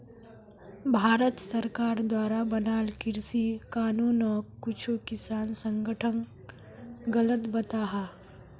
भारत सरकार द्वारा बनाल कृषि कानूनोक कुछु किसान संघठन गलत बताहा